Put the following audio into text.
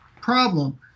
problem